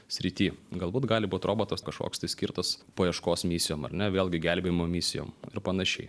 srity galbūt gali būt robotas kažkoks tai skirtas paieškos misijom ar ne vėlgi gelbėjimo misijom ir panašiai